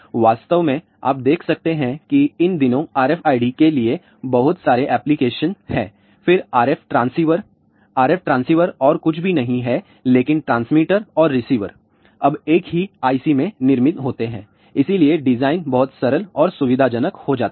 वास्तव में आप देख सकते हैं कि इन दिनों RFID के लिए बहुत सारे प्लीकेशन हैं फिर RF ट्रांसीवर RF ट्रांसीवर और कुछ भी नहीं हैं लेकिन ट्रांसमीटर और रिसीवर अब एक ही IC में निर्मित होते हैं इसलिए डिजाइन बहुत सरल और सुविधाजनक हो जाता है